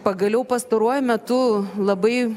pagaliau pastaruoju metu labai